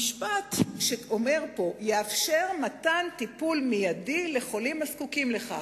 המשפט שאומר פה "יאפשר מתן טיפול מיידי לחולים הזקוקים לכך".